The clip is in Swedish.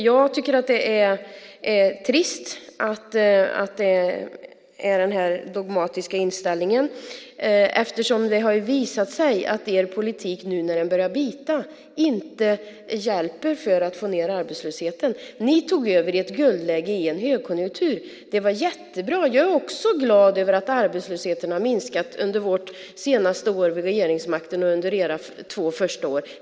Jag tycker att det är trist med den här dogmatiska inställningen eftersom det ju har visat sig att er politik nu när den har börjat bita inte hjälper för att få ned arbetslösheten. Ni tog över i ett guldläge i en högkonjunktur. Det var jättebra! Jag är också glad över att arbetslösheten har minskat under vårt senaste år vid regeringsmakten och under era två första år.